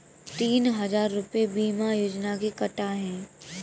तीन हजार रूपए बीमा योजना के कटा है